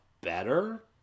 better